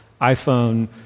iPhone